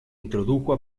introdujo